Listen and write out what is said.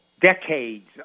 decades